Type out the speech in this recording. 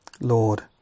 Lord